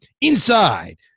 inside